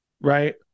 right